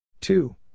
Two